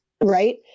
Right